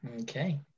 Okay